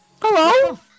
Hello